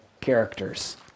characters